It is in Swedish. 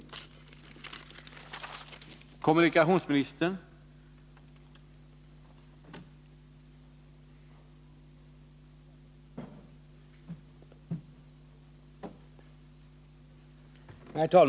21 april 1981